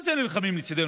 מה זה "נלחמים לצידנו"?